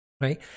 right